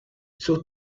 sus